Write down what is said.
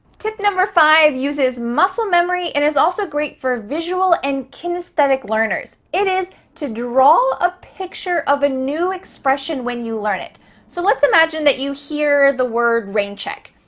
tip number five uses muscle memory and is also great for visual and kinesthetic learners. it is to draw a picture of a new expression when you learn it. so let's imagine that you hear the word rain check.